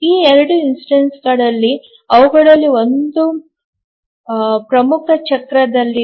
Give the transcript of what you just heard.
ಈ 2 ನಿದರ್ಶನಗಳಲ್ಲಿ ಅವುಗಳಲ್ಲಿ ಒಂದು ಒಂದು ಪ್ರಮುಖ ಚಕ್ರದಲ್ಲಿದೆ